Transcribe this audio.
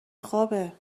خوابه